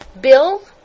Bill